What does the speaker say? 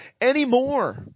anymore